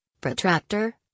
protractor